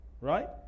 right